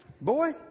boy